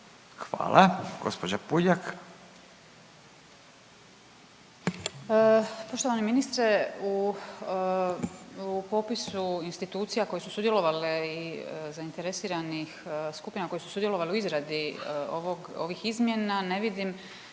Hvala. Gospođa Puljak.